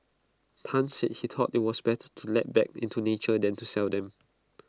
Tan said he thought IT was better to let back into nature than to sell them